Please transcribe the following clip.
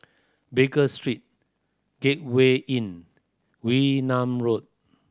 Baker Street Gateway Inn Wee Nam Road